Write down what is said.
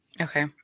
Okay